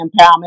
Empowerment